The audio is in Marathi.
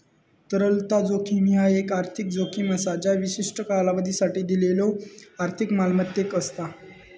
तरलता जोखीम ह्या एक आर्थिक जोखीम असा ज्या विशिष्ट कालावधीसाठी दिलेल्यो आर्थिक मालमत्तेक असता